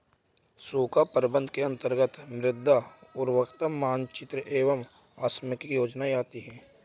सूखा प्रबंधन के अंतर्गत मृदा उर्वरता मानचित्र एवं आकस्मिक योजनाएं आती है